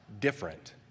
different